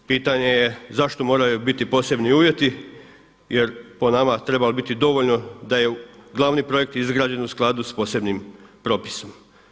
Pitanje je zašto moraju biti posebni uvjeti, jer po nama treba biti dovoljno da je glavni projekt izgrađen u skladu sa posebnim propisom.